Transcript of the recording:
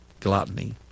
gluttony